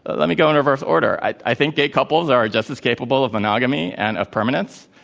let me go in reverse order. i think gay couples are just as capable of monogamy and of permanence.